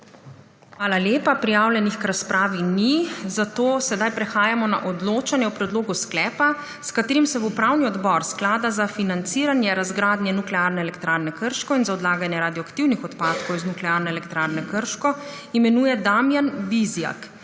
Hvala lepa. Prijavljenih k razpravi ni, zato sedaj prehajamo na odločanje o predlogu sklepa, s katerim se bo upravni odbor Sklada za financiranje razgradnje Nuklearne elektrarne Krško in za odlaganje radioaktivnih odpadkov iz Nuklearne elektrarne Krško imenuje Damjan Bizjak